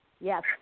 yes